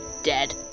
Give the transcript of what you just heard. dead